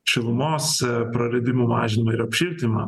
šilumos praradimų mažinimą ir apšiltinimą